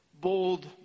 Bold